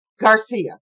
Garcia